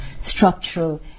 structural